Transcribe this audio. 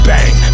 Bang